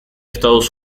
estados